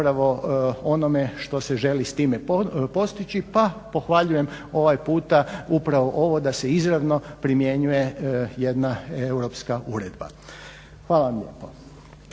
zapravo onome što se želi s time postići. Pa pohvaljujem ovaj puta upravo ovo da se izravno primjenjuje jedna europska uredba. Hvala vam lijepo.